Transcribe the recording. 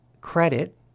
credit